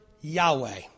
Yahweh